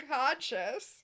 unconscious